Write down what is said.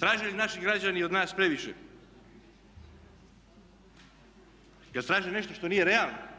Traže li naši građani od nas previše? Je li traže nešto što nije realno?